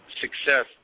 success